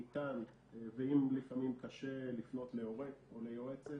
ואם לפעמים קשה לפנות להורה או ליועצת